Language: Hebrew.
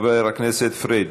חבר הכנסת פריג',